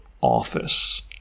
office